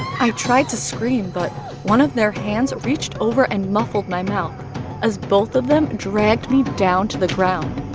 i tried to scream, but one of their hands reached over and muffled my mouth as both of them dragged me down to the ground!